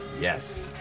Yes